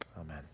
Amen